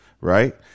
right